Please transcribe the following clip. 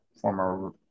former